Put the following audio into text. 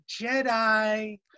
Jedi